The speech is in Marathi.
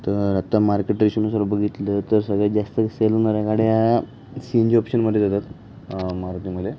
तर आत्ता मार्केट रेशिओनुसार बघितलं तर सगळ्यात जास्त सेल नव्या गाड्या सी एन जी ऑप्शनमध्ये जातात मारुतीमध्ये